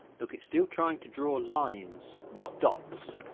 look it's still trying to draw lines not dots